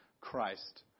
Christ